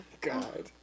God